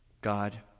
God